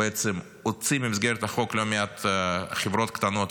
שהוציאה ממסגרת החוק לא מעט חברות קטנות